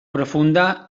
profunda